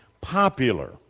popular